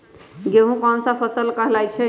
गेहूँ कोन सा फसल कहलाई छई?